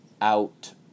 out